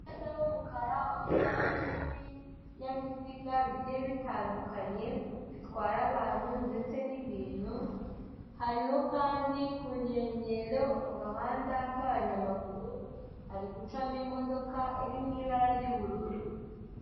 Umuhanda w'umukara unyurwamo n'ibinyabiziga bigiye bitandukanye bitwara abantu ndetse n'ibintu, hariho kandi ku nkenyero agahanda k'abanyamaguru hari gucamo imodoka iri mu ibara ry'ubururu.